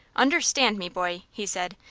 understand me, boy, he said,